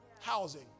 housing